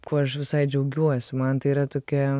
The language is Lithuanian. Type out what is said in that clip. kuo aš visai džiaugiuosi man tai yra tokia